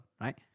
right